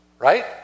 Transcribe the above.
right